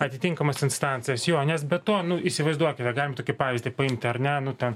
atitinkamas instancijas jo nes be to nu įsivaizduokite galim tokį pavyzdį paimti ar ne nu ten